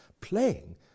playing